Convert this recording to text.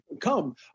come